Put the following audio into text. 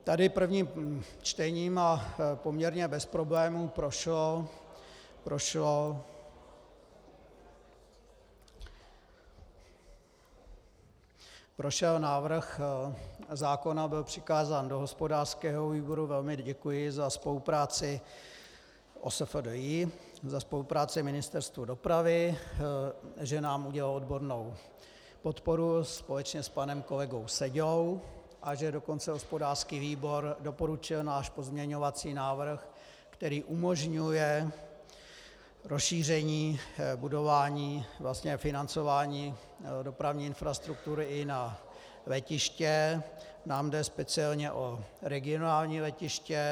Tady prvním čtením a poměrně bez problému prošel návrh zákona, byl přikázán do hospodářského výboru, velmi děkuji za spolupráci, o SFDI, za spolupráci Ministerstvu dopravy, že nám udělalo odbornou podporu společně s panem kolegou Seďou, a že dokonce hospodářský výbor doporučil náš pozměňovací návrh, který umožňuje rozšíření budování, vlastně financování dopravní infrastruktury i na letiště, nám jde speciálně o regionální letiště.